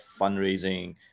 fundraising